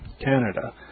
Canada